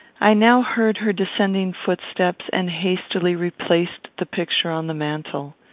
i now heard her descending footsteps, and hastily replaced the picture on the mantel.